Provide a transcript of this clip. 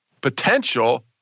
potential